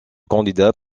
candidat